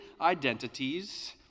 identities